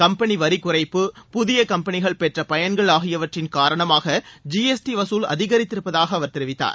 company வரி குறைப்பு புதிய கம்பெளிகள் பெற்ற பயன்கள் ஆகியவற்றின் காரணமாக ஜி எஸ் டி வகுல் அதிகரித்திருப்பதாக அவர் தெரிவித்தார்